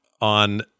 on